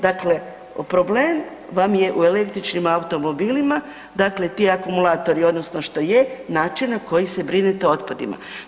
Dakle, problem vam je u električnim automobilima, dakle ti akumulatori odnosno što je način na koji se brinete o otpadima.